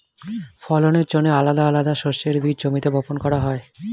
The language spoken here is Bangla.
ফলনের জন্যে আলাদা আলাদা শস্যের বীজ জমিতে বপন করা হয়